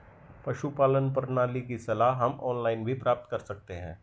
पशुपालन प्रणाली की सलाह हम ऑनलाइन भी प्राप्त कर सकते हैं